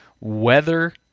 weather